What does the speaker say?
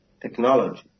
technology